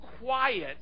quiet